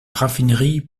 raffinerie